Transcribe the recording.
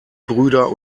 brüder